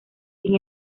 sin